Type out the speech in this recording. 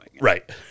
Right